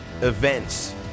events